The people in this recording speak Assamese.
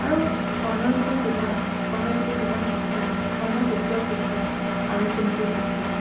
আৰু কৰ্ণৰ যিটো জীৱন কৰ্ণৰ যিটো জীৱন যাত্ৰা কৰ্ণ সূৰ্যৰ পুত্ৰ আৰু কুন্তীৰ পুত্ৰ